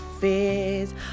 fears